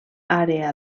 àrea